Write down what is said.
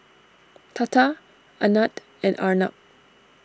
Tata Anand and Arnab